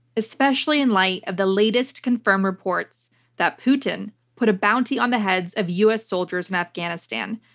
especially in light of the latest confirmed reports that putin put a bounty on the heads of us soldiers in afghanistan.